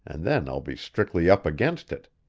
and then i'll be strictly up against it.